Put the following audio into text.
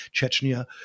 Chechnya